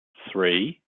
three